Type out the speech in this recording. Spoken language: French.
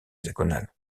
hexagonal